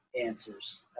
answers